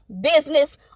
business